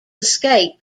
escape